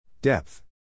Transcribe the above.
Depth